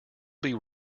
begin